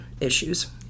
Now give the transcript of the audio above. issues